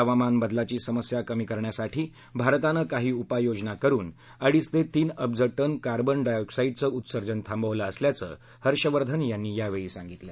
हवामान बदलाची समस्या कमी करण्यासाठी भारतानं काही उपाययोजना करुन अडीच ते तीन अब्ज टन कार्बन डायऑक्साईडचं उत्सर्जन थांबवलं असल्याचं हर्षवर्धन यांनी यावेळी सांगितलं